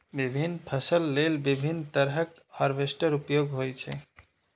विभिन्न फसल लेल विभिन्न तरहक हार्वेस्टर उपयोग होइ छै